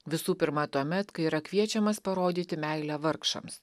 visų pirma tuomet kai yra kviečiamas parodyti meilę vargšams